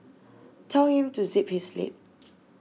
tell him to zip his lip